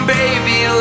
baby